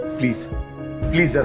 please leave